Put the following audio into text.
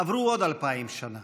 עברו עוד אלפיים שנה